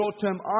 short-term